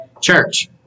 church